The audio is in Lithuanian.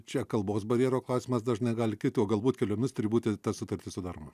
čia kalbos barjero klausimas dažnai gali tuo galbūt keliomis turi būti ta sutartis sudaroma